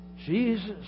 Jesus